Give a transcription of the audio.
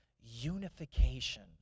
unification